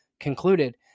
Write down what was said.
concluded